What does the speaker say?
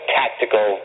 tactical